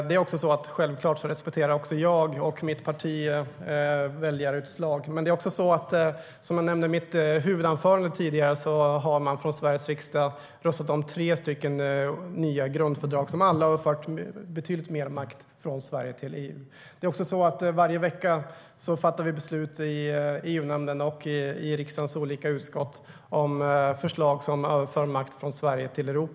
Herr talman! Självklart respekterar jag och mitt parti väljarutslag. Som jag nämnde i mitt huvudanförande har Sveriges riksdag röstat om tre nya grundfördrag som alla överfört betydligt mer makt från Sverige till EU. Varje vecka fattar vi beslut i EU-nämnden och i riksdagens olika utskott som överför makt från Sverige till EU.